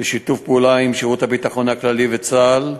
בשיתוף פעולה עם שירות הביטחון הכללי וצה"ל,